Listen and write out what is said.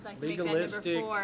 Legalistic